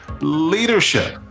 Leadership